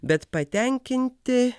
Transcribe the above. bet patenkinti